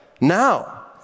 now